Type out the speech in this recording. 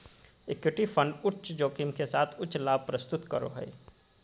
equity fund उच्च जोखिम के साथ उच्च लाभ प्रस्तुत करो हइ